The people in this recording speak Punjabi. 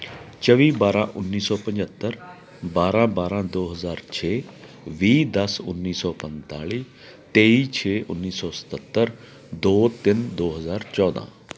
ਚੌਵੀ ਬਾਰਾਂ ਉੱਨੀ ਸੌ ਪੰਝੱਤਰ ਬਾਰਾਂ ਬਾਰਾਂ ਦੋ ਹਜ਼ਾਰ ਛੇ ਵੀਹ ਦਸ ਉੱਨੀ ਸੌ ਪੰਤਾਲੀ ਤੇਈ ਛੇ ਉੱਨੀ ਸੌ ਸਤੱਤਰ ਦੋ ਤਿੰਨ ਦੋ ਹਜ਼ਾਰ ਚੌਦਾਂ